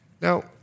Now